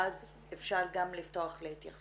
ואז אפשר גם לפתוח להתייחסויות.